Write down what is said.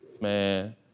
Man